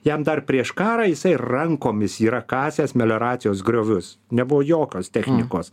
jam dar prieš karą jisai rankomis yra kasęs melioracijos griovius nebuvo jokios technikos